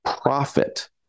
profit